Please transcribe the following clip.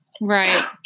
Right